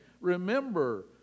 Remember